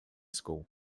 school